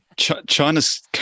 china's